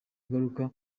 ingaruka